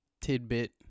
tidbit